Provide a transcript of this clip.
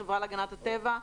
החברה להגנת הטבע.